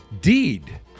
deed